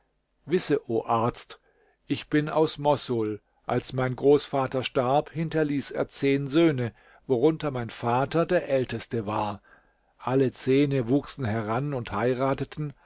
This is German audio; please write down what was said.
wisse o arzt ich bin aus mossul als mein großvater starb hinterließ er zehn söhne worunter mein vater der älteste war alle zehne wuchsen heran und heirateten